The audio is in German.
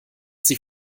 sie